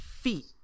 feet